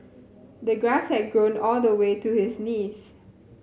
the grass had grown all the way to his knees